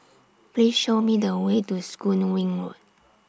Please Show Me The Way to Soon Wing Road